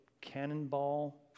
cannonball